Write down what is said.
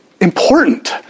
important